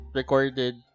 recorded